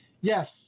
Yes